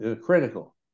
Critical